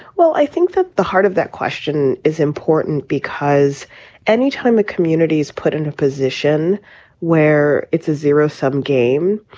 well, i think that the heart of that question is important, because anytime a community's put in a position where it's a zero sum game,